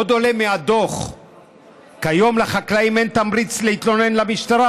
עוד עולה מהדוח שכיום לחקלאים אין תמריץ להתלונן למשטרה,